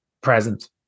present